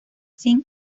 sin